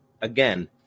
again